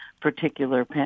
particular